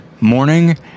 morning